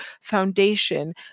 foundation